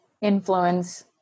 influence